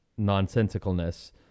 nonsensicalness